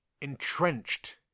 entrenched